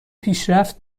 پیشرفت